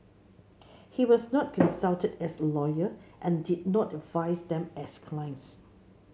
he was not consulted as a lawyer and did not advise them as clients